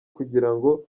kugirango